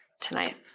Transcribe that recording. tonight